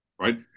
right